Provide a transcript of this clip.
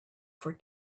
for